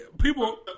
people